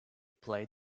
played